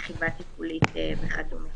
רכיבה טיפולית וכד'.